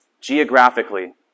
Geographically